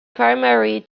primary